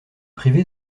privé